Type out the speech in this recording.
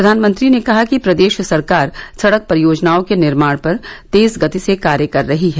प्रधानमंत्री ने कहा कि प्रदेश सरकार सड़क परियोजनाओं के निर्माण पर तेज गति से कार्य कर रही है